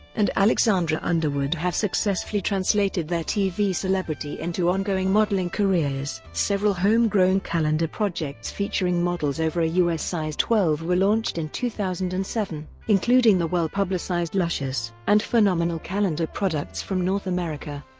and alexandra underwood have successfully translated their tv celebrity into ongoing modeling careers. several homegrown calendar projects featuring models over a u s. size twelve were launched in two thousand and seven, including the well-publicized luscious and fenomenal calendar products from north america.